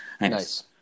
nice